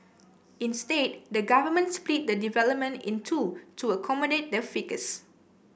instead the government split the development in two to accommodate the ficus